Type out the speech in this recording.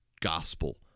gospel